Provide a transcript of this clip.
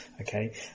okay